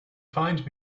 find